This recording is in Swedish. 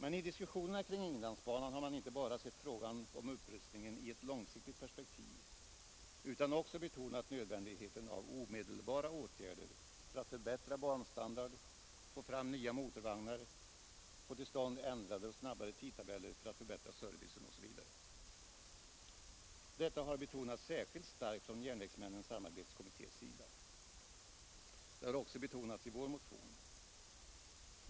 Men i diskussionerna kring inlandsbanan har man inte bara sett frågan om upprustningen i ett långsiktigt perspektiv utan också betonat nödvändigheten av omedelbara åtgärder för att förbättra banstandarden, få fram nya motorvagnar, få till stånd ändrade och snabbare tidtabeller för att förbättra servicen osv. Detta har betonats särskilt starkt från Järnvägsmännens samarbetskommittés sida. Det har också betonats i vår motion.